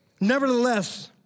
Nevertheless